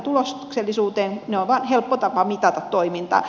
ne ovat vain helppo tapa mitata toimintaa